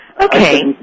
Okay